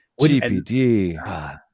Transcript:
GPD